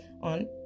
on